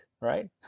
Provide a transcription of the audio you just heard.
right